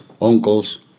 uncles